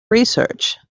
research